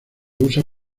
usa